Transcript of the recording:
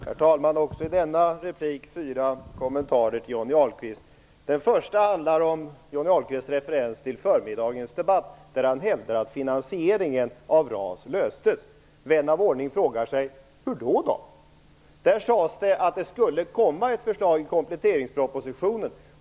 Herr talman! Också i denna replik har jag fyra kommentarer till Johnny Ahlqvist. Den första handlar om Johnny Ahlqvists referens till förmiddagens debatt. Han hävdar att finansieringen av RAS löstes där. Vän av ordning frågar sig: Hur då då? Där sades att det skulle komma ett förslag i kompletteringspropositionen.